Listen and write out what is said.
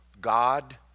God